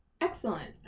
Excellent